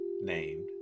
named